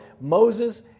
Moses